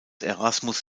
erasmus